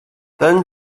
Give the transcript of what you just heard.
then